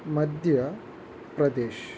మధ్య ప్రదేశ్